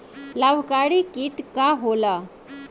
लाभकारी कीट का होला?